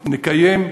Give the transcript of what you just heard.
נקיים,